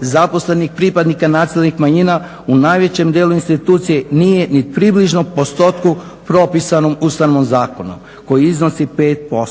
zaposlenih pripadnika nacionalnih manjina u najvećem dijelu institucije nije ni približno postotku propisanom Ustavnom zakonu koji iznosi 5%.